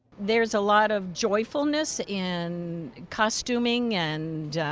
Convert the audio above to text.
theres a lot of joyfulness in costuming and